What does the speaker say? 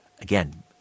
again